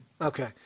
Okay